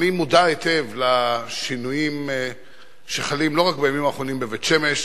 אני מודע היטב לשינויים שחלים לא רק בימים האחרונים בבית-שמש,